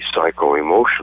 psycho-emotional